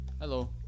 Hello